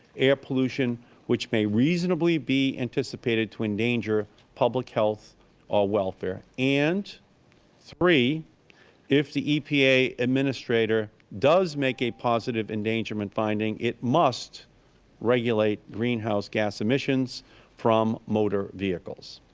air pollution which may reasonably be anticipated to endanger public health or welfare and if the epa administrator does make a positive endangerment finding, it must regulate greenhouse gas emissions from motor vehicles.